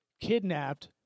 kidnapped